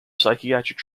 psychiatric